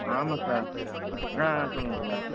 ஆமாம் சார் ஆ ஆ சொல்லுங்க சொல்லுங்க